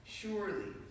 Surely